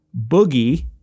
Boogie